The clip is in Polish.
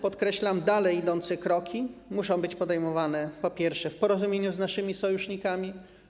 Podkreślam: dalej idące kroki muszą być podejmowane w porozumieniu z naszymi sojusznikami.